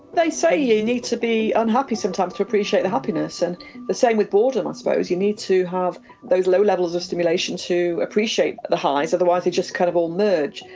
they say you need to be unhappy sometimes to appreciate the happiness, and the same with boredom, i and suppose. you need to have those low levels of stimulation to appreciate the highs, otherwise they just kind of all merge,